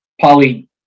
poly